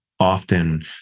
often